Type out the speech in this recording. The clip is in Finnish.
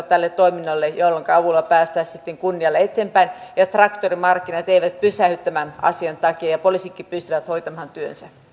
tälle toiminnalle jotakin väliaikaisratkaisua jonka avulla päästään sitten kunnialla eteenpäin ja traktorimarkkinat eivät pysähdy tämän asian takia ja poliisitkin pystyvät hoitamaan työnsä